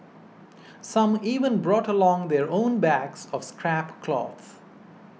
some even brought along their own bags of scrap cloth